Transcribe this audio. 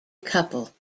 couple